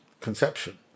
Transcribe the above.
conception